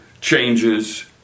changes